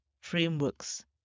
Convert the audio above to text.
frameworks